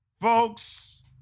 Folks